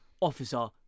officer